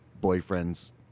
boyfriend's